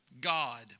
God